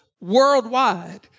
worldwide